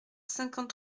cinquante